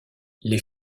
les